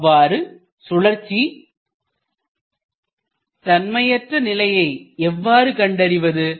அவ்வாறு சுழற்சி தன்மையற்றநிலையை எவ்வாறு கண்டறிவது